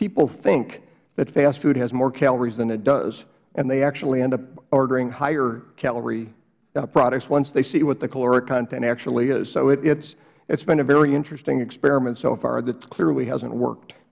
people think that fast food has more calories than it does and they actually end up ordering higher calorie products once they see what the caloric content actually is so it has been a very interesting experiment so far that clearly hasn't worked